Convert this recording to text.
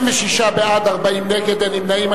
26 בעד, 40 נגד, אין נמנעים.